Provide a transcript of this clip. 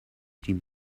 three